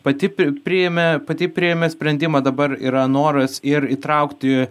pati pri priėmė pati priėmė sprendimą dabar yra noras ir įtraukti